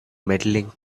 medaling